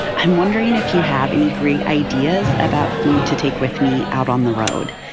i'm wondering if you have any great ideas about food to take with me out on the road.